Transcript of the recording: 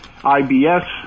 IBS